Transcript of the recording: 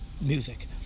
music